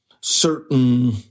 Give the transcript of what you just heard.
certain